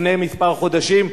לפני כמה חודשים,